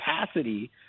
capacity